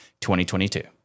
2022